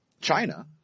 China